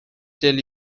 till